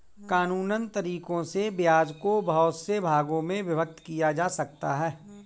कानूनन तरीकों से ब्याज को बहुत से भागों में विभक्त किया जा सकता है